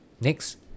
Next